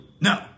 no